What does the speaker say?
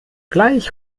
gleich